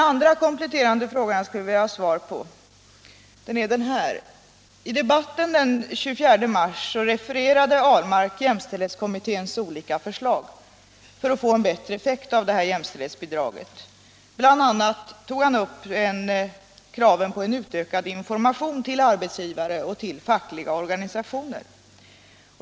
För det andra: I debatten den 24 mars refererade statsrådet Ahlmark jämställdhetskommitténs olika förslag för att få en bättre effekt av jämställdhetsbidraget. Bl. a. tog han upp kravet på en utökad information till arbetsgivare och fackliga organisationer.